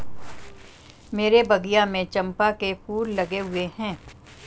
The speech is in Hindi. मेरे बगिया में चंपा के फूल लगे हुए हैं